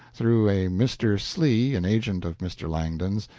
through a mr. slee, an agent of mr. langdon's,